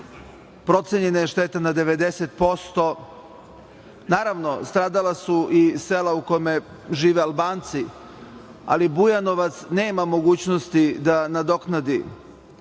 Procenjena je šteta na 90%. Naravno, stradala su i sela u kojima žive Albanci, ali Bujanovac nema mogućnosti da nadoknadi